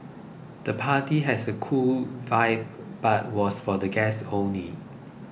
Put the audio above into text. the party has a cool vibe but was for guests only